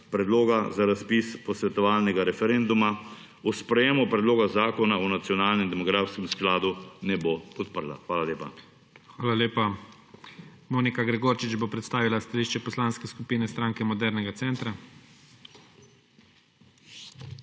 predloga za razpis posvetovalnega referenduma o sprejetju Predloga zakona o nacionalnem demografskem skladu ne bo podprla. Hvala lepa. **PREDSEDNIK IGOR ZORČIČ:** Hvala lepa. Monika Gregorčič bo predstavila stališče Poslanske skupine Stranke modernega centra.